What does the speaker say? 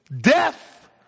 death